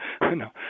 No